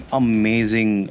amazing